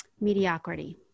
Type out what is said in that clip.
Mediocrity